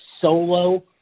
solo